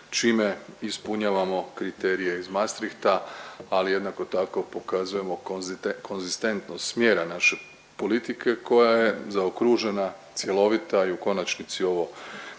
čime ispunjavamo kriterije iz Maastrichta ali jednako tako pokazujemo konzistentnost smjera naše politike koja je zaokružena, cjelovita i u konačnici ovo